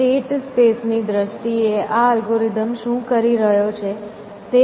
state space ની દ્રષ્ટિએ આ અલ્ગોરિધમ શું કરી રહ્યો છે